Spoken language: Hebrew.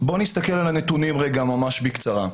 בואו נסתכל על הנתונים ממש בקצרה.